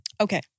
Okay